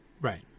right